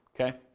okay